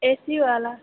ए C वाला